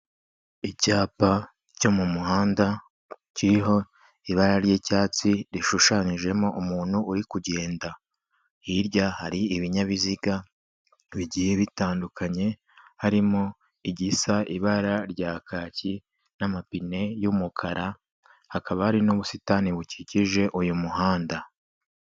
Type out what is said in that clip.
Icyapa cyo mu muhanda, kiriho ibara ry'icyatsi, rishushanyijemo umuntu uri kugenda. Hirya hari ibinyabiziga bigiye bitandukanye, harimo igisa ibara rya kaki n'amapine y'umukara, hakaba hari n'ubusitani bukikije uyu muhanda.